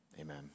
Amen